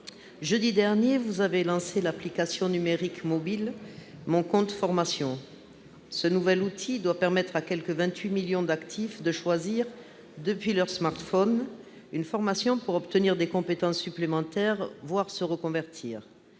jeudi dernier, vous avez lancé l'application numérique mobile « Mon compte formation ». Ce nouvel outil doit permettre à quelque 28 millions d'actifs de choisir, depuis leur smartphone, une formation pour obtenir des compétences supplémentaires, voire se reconvertir.